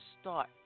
start